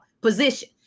position